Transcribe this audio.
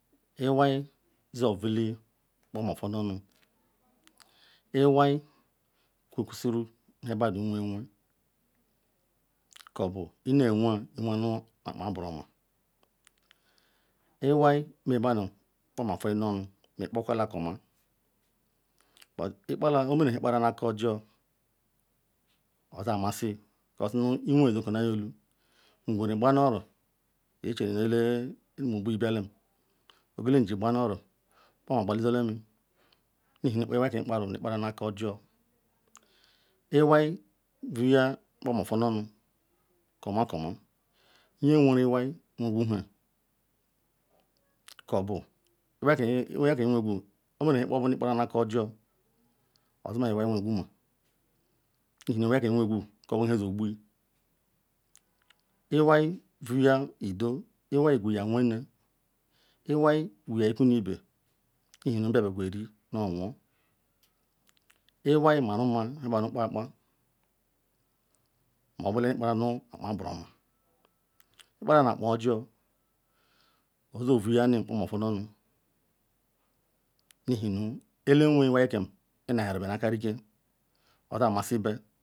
Iwai zor otuli nkpoma ofunu-onu iwai kosuru nha badu wen kobu inewen iwenu akpa buruomao, iwai mebadu nkpoma funuonu ikpakwala koma ikpala omene nu nhe ikpara nu aka ojor oza amasi because iwe zor kunlayiolu. Ngberi aba nu oro tche nu ele nu ogbuyi balam ngbe leji aba nu oro nkpoma gbale zorlayi ihe nu okpa iwai kam ikparu ikparuya nu aka ojor, iwai vuya nkpoma ovunu koma koma. Nyewegu iwai wegu nhe koma iwai iwegu oberima ikpagu naka ojor ozima iwai iwegu ma ihena iwoikam iwegu kobu nhe yeogbuyi iwai vuya ido iwai qwuya wene iwai qwuya iku nu ibe ihe nu be biagu eri nu owan. Iwai maru mma be kpakpa moberi nu akna ojor oye ovuyani nkpoma ofunuonu ihenu ele wen iwaiken ina hia nibe hu aka riken oza masi be,